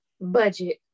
Budget